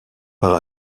par